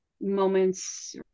moments